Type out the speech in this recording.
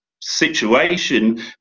situation